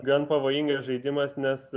gan pavojingas žaidimas nes